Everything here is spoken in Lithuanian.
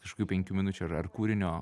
už kokių penkių minučių ar ar kūrinio